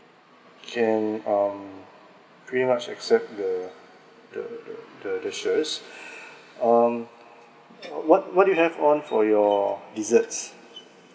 can um pretty much accept the the the the the um what do you have on for your dessert